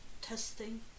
testing